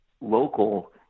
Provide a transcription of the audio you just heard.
local